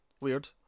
Weird